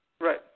Right